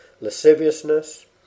lasciviousness